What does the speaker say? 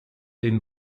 den